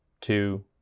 two